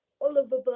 Oliver